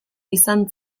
izan